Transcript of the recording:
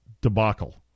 debacle